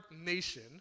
nation